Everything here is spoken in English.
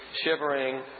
shivering